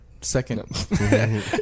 Second